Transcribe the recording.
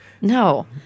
No